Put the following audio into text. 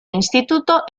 instituto